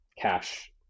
cash